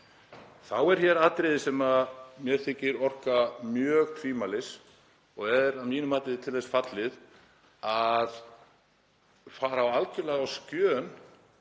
Þá er hér atriði sem mér þykir orka mjög tvímælis og er að mínu mati til þess fallið að fara algjörlega á skjön